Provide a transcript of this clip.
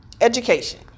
Education